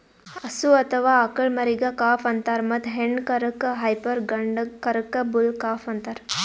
ಹಸು ಅಥವಾ ಆಕಳ್ ಮರಿಗಾ ಕಾಫ್ ಅಂತಾರ್ ಮತ್ತ್ ಹೆಣ್ಣ್ ಕರಕ್ಕ್ ಹೈಪರ್ ಗಂಡ ಕರಕ್ಕ್ ಬುಲ್ ಕಾಫ್ ಅಂತಾರ್